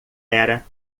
era